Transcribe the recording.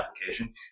application